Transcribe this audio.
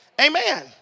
Amen